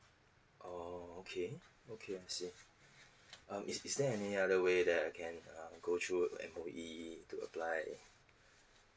oh okay okay I see um is is there any other way that can um go through M_O_E to apply